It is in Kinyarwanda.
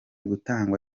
gutangwa